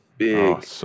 Big